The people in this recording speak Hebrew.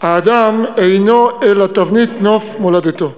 האדם אינו אלא תבנית נוף מולדתו".